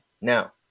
now